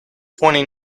twenty